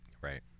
right